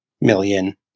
million